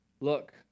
Look